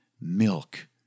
milk